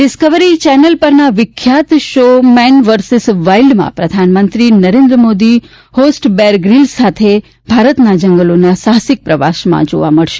Discovery Channel પરના વિખ્યાત show Man versus વાઇલ્ડમાં પ્રધાનમંત્રી Narendra Modi host Bear Grylls સાથે ભારતના જંગલોના સાહસિક પ્રવાસમાં જોવા મળશે